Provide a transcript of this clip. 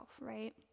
right